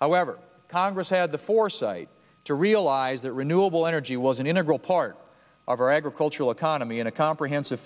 however congress had the foresight to realize that renewable energy was an integral part of our agricultural economy in a comprehensive